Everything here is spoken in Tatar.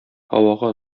һавага